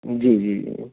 जी जी जी जी